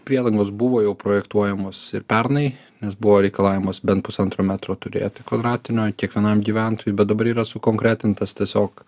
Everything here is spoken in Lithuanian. priedangos buvo jau projektuojamos ir pernai nes buvo reikalavimas bent pusantro metro turėti kvadratinio kiekvienam gyventojui bet dabar yra sukonkretintas tiesiog